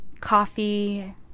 Coffee